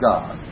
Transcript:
God